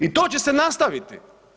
I to će se nastaviti.